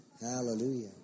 Hallelujah